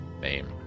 name